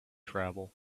travel